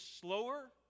slower